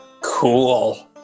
Cool